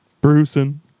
bruising